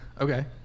Okay